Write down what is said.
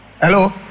Hello